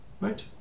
Right